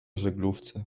żaglówce